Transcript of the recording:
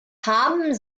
haben